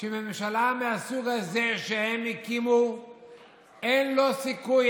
שלממשלה מהסוג הזה שהם הקימו אין סיכוי,